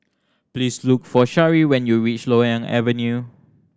please look for Shari when you reach Loyang Avenue